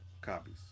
copies